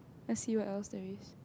let's see what else there is